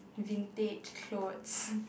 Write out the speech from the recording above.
vintage clothes